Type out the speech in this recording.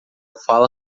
fala